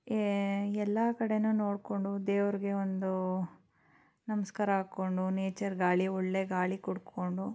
A ಎಲ್ಲ ಕಡೆಯೂ ನೋಡಿಕೊಂಡು ದೇವ್ರಿಗೆ ಒಂದು ನಮಸ್ಕಾರ ಹಾಕೊಂಡು ನೇಚರ್ ಗಾಳಿ ಒಳ್ಳೆಯ ಗಾಳಿ ಕುಡ್ಕೊಂಡು